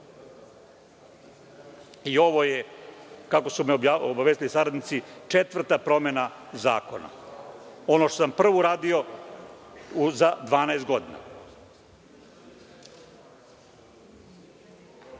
je, kako su me obavestili saradnici, četvrta promena zakona. Ono što sam prvo uradio za 12 godina.